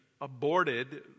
aborted